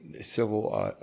civil